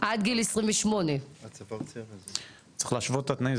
--- עד גיל 28. צריך להשוות את הנאים.